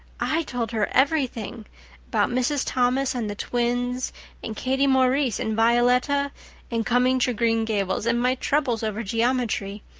i told her everything about mrs. thomas and the twins and katie maurice and violetta and coming to green gables and my troubles over geometry.